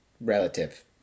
relative